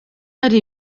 hari